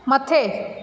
मथे